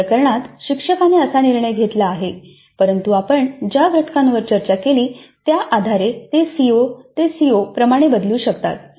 या प्रकरणात शिक्षकाने असा निर्णय घेतला आहे परंतु आपण ज्या घटकांवर चर्चा केली त्या आधारे ते सीओ ते सीओ प्रमाणे बदलू शकतात